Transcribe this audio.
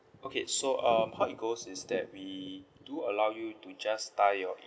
okay so um how it goes is that we do allow you to just tie your